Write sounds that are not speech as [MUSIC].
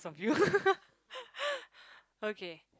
you [LAUGHS] okay